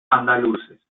andaluces